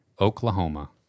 Oklahoma